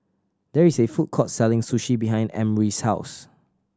there is a food court selling Sushi behind Emry's house